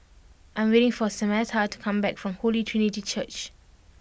I am waiting for Samatha to come back from Holy Trinity Church